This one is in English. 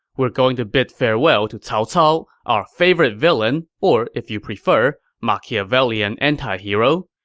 we're going to bid farewell to cao cao, our favorite villain or, if you prefer, machiavellian anti-hero.